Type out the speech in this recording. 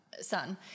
son